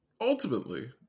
ultimately